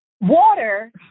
water